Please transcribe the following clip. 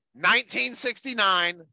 1969